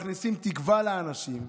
מכניסים תקווה לאנשים.